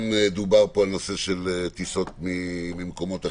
גם דובר פה על נושא של טיסות ממקומות אחרים.